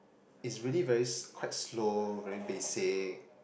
is really very s~ quite slow very basic